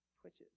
twitches